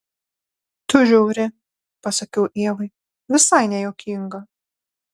tu žiauri pasakiau ievai visai nejuokinga